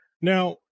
Now